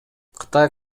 кытай